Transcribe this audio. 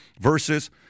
versus